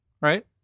right